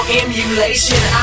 emulation